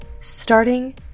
Starting